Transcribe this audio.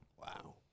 Wow